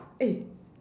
eh